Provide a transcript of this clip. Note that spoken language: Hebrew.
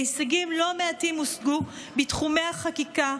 הישגים לא מעטים הושגו בתחומי החקיקה,